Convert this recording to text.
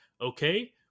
okay